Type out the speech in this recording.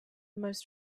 most